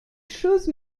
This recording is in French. chose